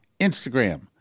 Instagram